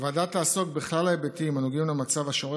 הוועדה תעסוק בכלל ההיבטים הנוגעים למצב השורר